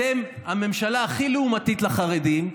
אתם הממשלה הכי לעומתית לחרדים,